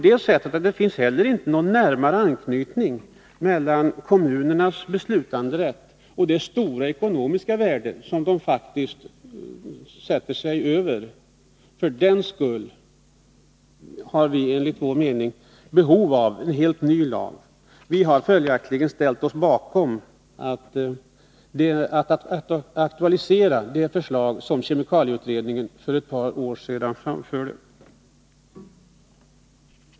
Det finns heller inte någon närmare anknytning mellan kommunernas beslutanderätt och de stora ekonomiska värden som de faktiskt sätter sig över. För den skull finns det enligt vår mening behov av en helt ny lag. Vi har följaktligen velat aktualisera det förslag som kemikalieutredningen för ett par år sedan framförde.